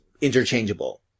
interchangeable